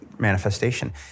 manifestation